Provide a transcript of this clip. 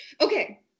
Okay